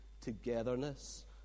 togetherness